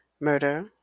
murder